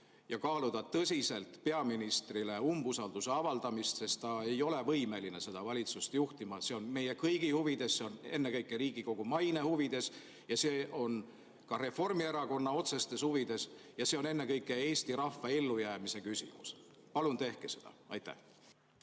et kaaluda tõsiselt peaministrile umbusalduse avaldamist, sest ta ei ole võimeline seda valitsust juhtima. See on meie kõigi huvides, ennekõike Riigikogu maine huvides ja ka Reformierakonna otsestes huvides. Ja see on ennekõike Eesti rahva ellujäämise küsimus. Palun tehke seda! Aitäh,